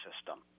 system